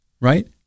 right